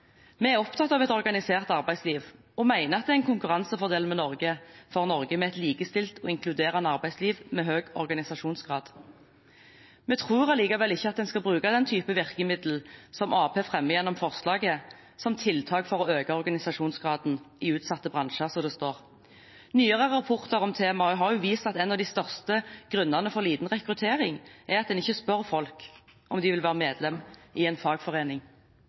Vi er opptatt av et organisert arbeidsliv og mener at det er en konkurransefordel for Norge med et likestilt og inkluderende arbeidsliv med høy organisasjonsgrad. Vi tror allikevel ikke at en skal bruke den type virkemiddel som Arbeiderpartiet fremmer gjennom forslaget, som «tiltak for å øke organisasjonsgraden i utsatte bransjer», som det står i innstillingen. Nyere rapporter om temaet har vist at en av de største grunnene til liten rekruttering er at man ikke spør folk om de vil være medlem i en fagforening.